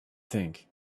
think